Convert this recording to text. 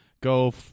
go